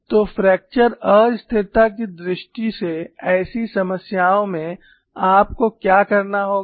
तो फ्रैक्चर अस्थिरता की दृष्टि से ऐसी समस्याओं में आपको क्या करना होगा